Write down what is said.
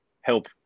help